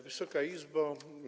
Wysoka Izbo!